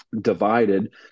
divided